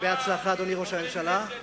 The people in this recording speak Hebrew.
בהצלחה, אדוני ראש הממשלה.